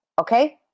Okay